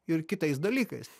ir kitais dalykais